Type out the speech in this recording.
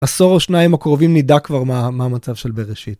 עשור או שניים הקרובים נדע כבר מה מצב של בראשית.